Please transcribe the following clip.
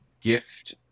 Gift